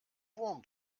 wurm